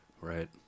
Right